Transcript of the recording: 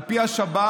על פי השב"כ,